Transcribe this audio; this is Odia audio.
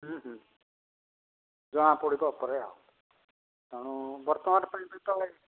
ହୁଁ ହୁଁ ଜଣା ପଡ଼ିବ ପରେ ଆଉ ତେଣୁ ବର୍ତ୍ତମାନ ପାଇଁ ବି ତଳେ